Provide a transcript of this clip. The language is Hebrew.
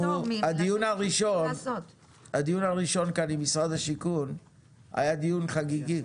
הדיון הראשון כאן עם משרד השיכון היה דיון חגיגי,